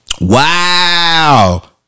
Wow